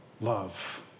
love